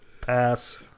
Pass